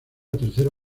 tercera